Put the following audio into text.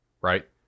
right